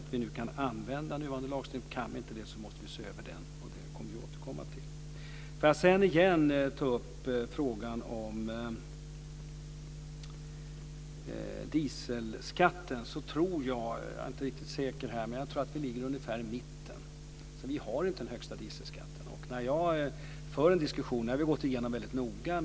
Kan vi inte det måste vi se över den och det kommer vi att återkomma till. Får jag sedan igen ta upp frågan om dieselskatten. Jag är inte riktigt säker, men jag tror att vi ligger ungefär i mitten. Vi har inte den högsta dieselskatten. Det har vi gått igenom väldigt noga.